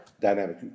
dynamic